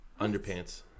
Underpants